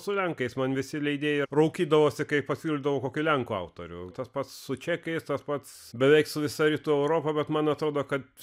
su lenkais man visi leidėjai raukydavosi kai pasiūlydavau kokį lenkų autorių tas pats su čekais tas pats beveik su visa rytų europa bet man atrodo kad